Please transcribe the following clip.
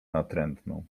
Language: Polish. natrętną